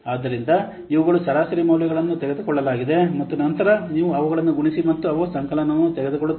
ಆದ್ದರಿಂದ ಇವುಗಳು ಸರಾಸರಿ ಮೌಲ್ಯಗಳನ್ನು ತೆಗೆದುಕೊಳ್ಳಲಾಗಿದೆ ಮತ್ತು ನಂತರ ನೀವು ಅವುಗಳನ್ನು ಗುಣಿಸಿ ಮತ್ತು ಅವು ಸಂಕಲನವನ್ನು ತೆಗೆದುಕೊಳ್ಳುತ್ತವೆ